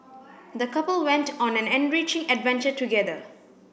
the couple went on an enriching adventure together